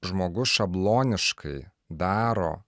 žmogus šabloniškai daro